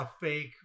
fake